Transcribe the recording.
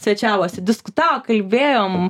svečiavosi diskutavo kalbėjom